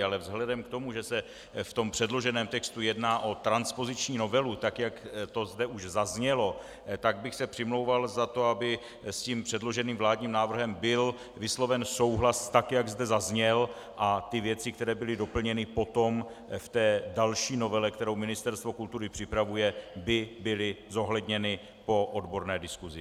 Ale vzhledem k tomu, že se v předloženém textu jedná o transpoziční novelu, tak jak to už zde zaznělo, tak bych se přimlouval za to, aby s předloženým vládním návrhem byl vysloven souhlas tak, jak zde zazněl, a ty věci, které byly doplněny potom v té další novele, kterou Ministerstvo kultury připravuje, by byly zohledněny po odborné diskusi.